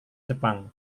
jepang